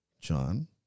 John